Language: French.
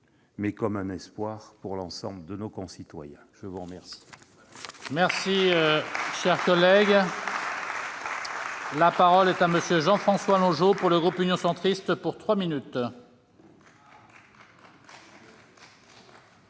mais comme un espoir pour l'ensemble de nos concitoyens. Très bien